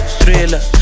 thriller